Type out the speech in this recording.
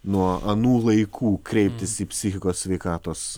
nuo anų laikų kreiptis į psichikos sveikatos